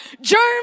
Germs